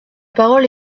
parole